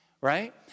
right